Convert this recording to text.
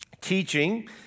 teaching